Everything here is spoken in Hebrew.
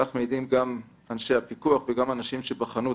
כך מעידים אנשי הפיקוח ואנשים שבחנו את